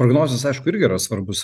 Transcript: prognozės aišku irgi yra svarbus